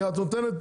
את נותנת